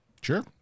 Sure